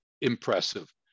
impressive